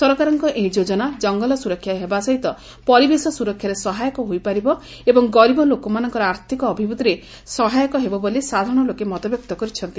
ସରକାରଙ୍କ ଏହି ଯୋଜନା ଜଙ୍ଗଲ ସୁରକ୍ଷା ହେବା ସହିତ ପରିବେଷ ସୁରକ୍ଷାରେ ସହାୟକ ହୋଇପାରିବ ଏବଂ ଗରିବ ଲୋକମାନଙ୍କର ଆର୍ଥିକ ଅଭିବୃଦ୍ଧିରେ ସହାୟକ ହେବ ବୋଲି ସାଧାରଶ ଲୋକେ ମତବ୍ୟକ୍ତ କରୁଛନ୍ତି